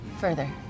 further